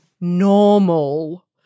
normal